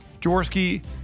Jaworski